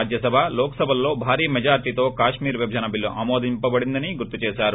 రాజ్యసభ లోక్సభలలో భారీ మెజార్లీతో కాశ్మీర్ విభజన బిల్లు ఆమోదించబడిందని గుర్తు చేశారు